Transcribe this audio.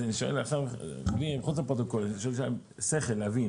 אני שואל כדי להבין.